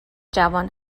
جوان